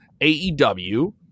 AEW